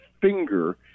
finger